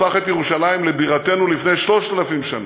הפך את ירושלים לבירתנו לפני 3,000 שנה,